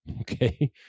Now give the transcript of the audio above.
Okay